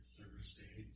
Thursday